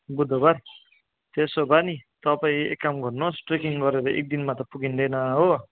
बुधबार त्यसो भए नि तपाईँ एक काम गर्नुहोस् ट्रेकिङ गरेर एक दिनमा त पुगिँदैन हो